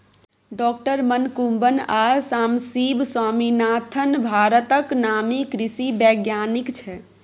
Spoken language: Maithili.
डॉ मनकुंबन आ सामसिब स्वामीनाथन भारतक नामी कृषि बैज्ञानिक छै